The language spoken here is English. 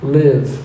live